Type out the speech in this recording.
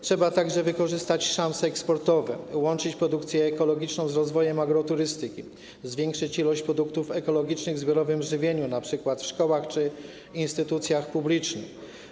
Trzeba także wykorzystać szanse eksportowe, łączyć produkcję ekologiczną z rozwojem agroturystyki, zwiększyć ilość produktów ekologicznych w zbiorowym żywieniu, np. w szkołach czy instytucjach publicznych.